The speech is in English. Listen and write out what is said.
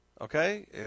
Okay